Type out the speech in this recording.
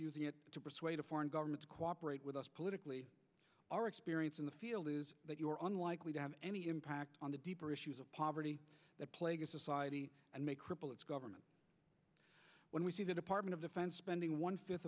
using it to persuade a foreign government to cooperate with us politically our experience in the field is that you are unlikely to have any impact on the deeper issues of poverty that plague a society and may cripple its government when we see the department of defense spending one fifth